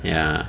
ya